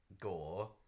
gore